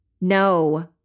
No